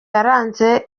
yaranze